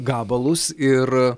gabalus ir